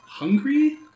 Hungry